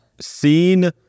seen